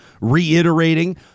reiterating